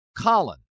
Colin